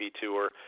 tour